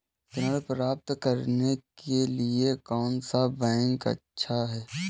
ऋण प्राप्त करने के लिए कौन सा बैंक अच्छा है?